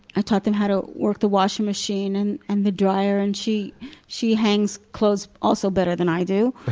i taught them how to work the washing machine and and the dryer, and she she hangs clothes also better than i do.